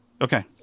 Okay